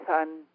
son